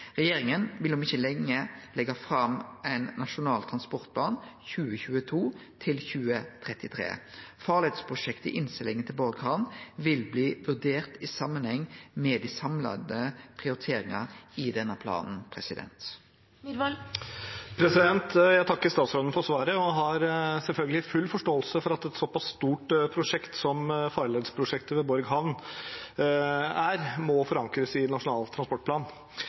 Regjeringa vil om ikkje lenge leggje fram Nasjonal transportplan for 2022–2033. Farleisprosjektet for innseglinga til Borg hamn vil bli vurdert i samanheng med dei samla prioriteringane i denne planen. Jeg takker statsråden for svaret og har selvfølgelig full forståelse for at et såpass stort prosjekt som farledsprosjektet ved Borg havn er, må forankres i Nasjonal transportplan.